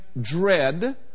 dread